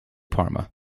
parma